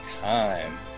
time